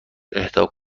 اهدا